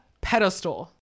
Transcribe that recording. pedestal